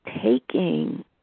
taking